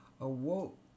awoke